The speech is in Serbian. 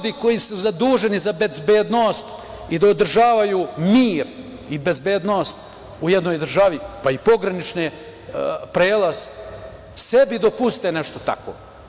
Ljudi koji su zaduženi za bezbednost i da održavaju mir i bezbednost u jednoj državi, pa i pogranične prelaze, sebi dopuste nešto tako.